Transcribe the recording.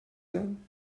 then